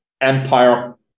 empire